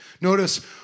Notice